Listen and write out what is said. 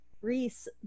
Reese